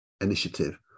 initiative